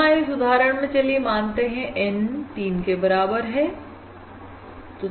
यहां इस उदाहरण में चलिए मानते हैं N 3 के बराबर है